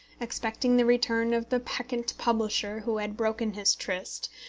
expecting the return of the peccant publisher who had broken his tryst,